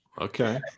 Okay